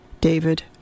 David